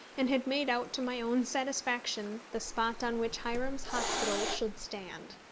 and had made out to my own satisfaction the spot on which hiram's hospital should stand.